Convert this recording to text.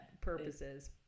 purposes